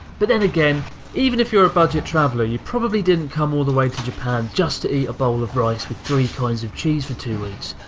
but then again even if you're a budget traveler, you probably didn't come all the way to japan just to eat a bowl of rice with three kinds of cheese for two weeks.